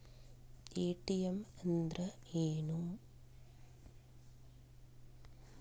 ATM ಅಂದ್ರ ಏನು?